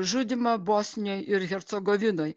žudymą bosnijoj ir hercogovinoj